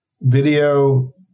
Video